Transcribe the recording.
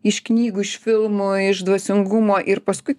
iš knygų iš filmų iš dvasingumo ir paskui